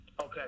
Okay